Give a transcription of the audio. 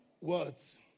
words